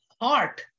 art